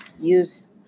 use